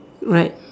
right